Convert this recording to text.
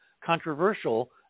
controversial